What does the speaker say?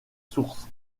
sources